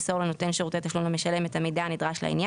בקשה למתן הרשאה לחיוב חשבון תשלום או ביטול הרשאה כאמור,